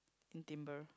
in Timber